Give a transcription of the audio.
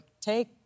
Take